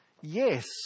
Yes